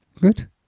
good